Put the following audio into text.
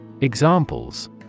Examples